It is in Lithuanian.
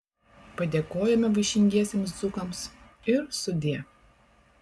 padėkojome vaišingiesiems dzūkams ir sudie